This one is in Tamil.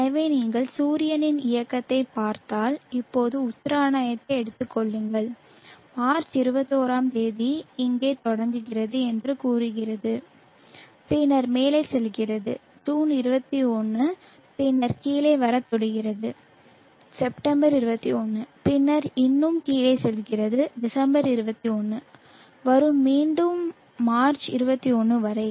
எனவே நீங்கள் சூரியனின் இயக்கத்தைப் பார்த்தால் இப்போது உத்தராயணத்தை எடுத்துக் கொள்ளுங்கள் மார்ச் 21 ஆம் தேதி இங்கே தொடங்குகிறது என்று கூறுகிறது பின்னர் மேலே செல்கிறது ஜூன் 21 பின்னர் கீழே வரத் தொடங்குகிறது செப்டம்பர் 21 பின்னர் இன்னும் கீழே செல்கிறது டிசம்பர் 21 வரும் மீண்டும் மார்ச் 21 வரை